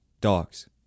dogs